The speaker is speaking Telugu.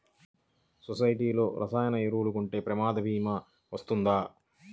సొసైటీలో రసాయన ఎరువులు కొంటే ప్రమాద భీమా వస్తుందా?